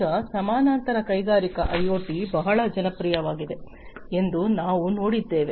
ಈಗ ಸಮಾನಾಂತರ ಕೈಗಾರಿಕಾ ಐಒಟಿ ಬಹಳ ಜನಪ್ರಿಯವಾಗಿದೆ ಎಂದು ನಾವು ನೋಡಿದ್ದೇವೆ